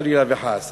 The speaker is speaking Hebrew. חלילה וחס,